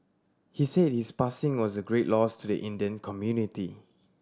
he said his passing was a great loss to the Indian community